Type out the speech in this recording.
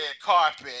carpet